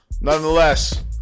nonetheless